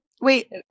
wait